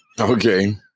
Okay